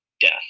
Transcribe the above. death